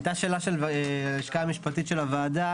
הייתה שאלה של הלשכה המשפטית של הוועדה,